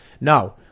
No